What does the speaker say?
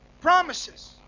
promises